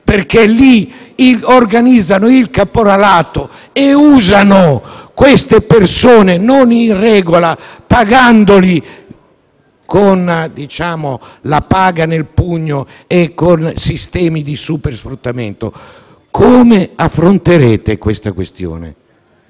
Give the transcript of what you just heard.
perché lì organizzano il caporalato e usano queste persone non in regola, pagandole con la paga nel pugno e con sistemi di supersfruttamento. Come affronterete tale questione?